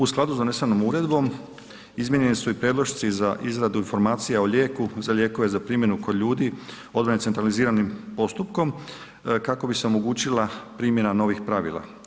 U skladu s donesenom uredbom izmijenjeni su i predlošci za izradu informacija o lijeku, za lijekove za primjenu kod ljudi …/nerazumljivo/… centraliziranim postupkom kako bi se omogućila primjena novih pravila.